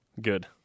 Good